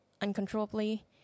uncontrollably